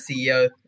CEO